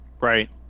Right